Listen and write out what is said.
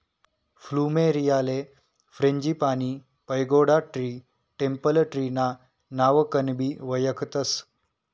फ्लुमेरीयाले frangipani, pagoda tree, temple tree ना नावकनबी वयखतस